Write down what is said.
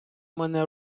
мене